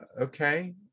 okay